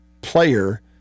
player